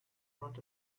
front